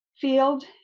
field